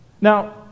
now